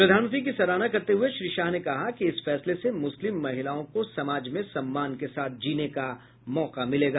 प्रधानमंत्री की सराहना करते हुए श्री शाह ने कहा कि इस फैसले से मुस्लिम महिलाओं को समाज में सम्मान के साथ जीने का मौका मिलेगा